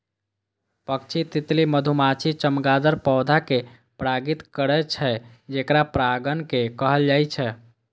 पक्षी, तितली, मधुमाछी, चमगादड़ पौधा कें परागित करै छै, जेकरा परागणक कहल जाइ छै